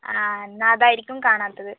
എന്നാൽ അതായിരിക്കും കാണാത്തത്